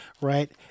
right